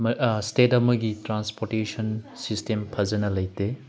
state ꯑꯃꯒꯤ transportation system ꯐꯖꯅ ꯂꯩꯇꯦ